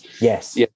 Yes